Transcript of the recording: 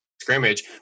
Scrimmage